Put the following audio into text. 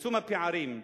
צמצום הפערים,